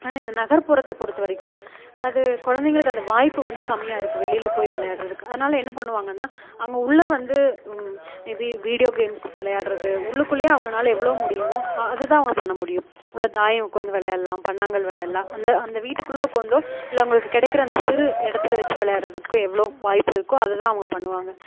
ஆனால் இந்த நகர்ப்புறத்தை பொறுத்த வரைக்கும் அது குழந்தைகளுக்கு அந்த வாய்ப்பு வந்து கம்மியாக இருக்குது வெளியியில் போய் விளையாட்றதுக்கு அதனால் என்ன பண்ணுவாங்கனா அங்கே உள்ளே வந்து மே பி வீடியோ கேம்ஸ் விளையாட்றது உள்ளுக்குள்ளே அவங்களால எவ்வளோ முடியுமோ அதைதான் அவங்க பண்ண முடியும் உள்ளே தாயம் உட்காந்து விளையாட்லாம் பன்னாங்கல் விளையாட்லாம் அந்த அந்த வீட்டுக்குள்ளே உட்கார்ந்தோ இல்லை அவங்களுக்கு கிடைக்கிற சிறு இடத்துல வச்சு விளையாட்றதுக்கு எவ்வளோ வாய்ப்பு இருக்கோ அதை தான் அவங்க பண்ணுவாங்க